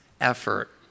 effort